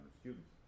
students